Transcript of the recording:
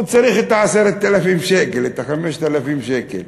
הוא צריך את ה-10,000 שקל, את ה-5,000 שקל,